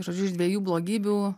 žodžiu iš dviejų blogybių